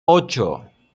ocho